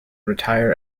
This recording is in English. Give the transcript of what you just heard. retire